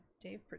Dave